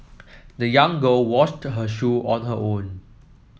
the young girl washed her shoe on her own